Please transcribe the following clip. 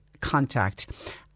contact